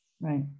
Right